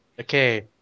Okay